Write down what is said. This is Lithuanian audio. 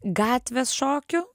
gatvės šokių